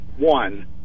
One